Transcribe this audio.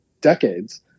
decades